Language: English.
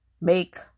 make